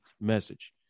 message